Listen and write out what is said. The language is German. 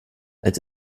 als